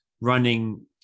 running